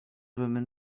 women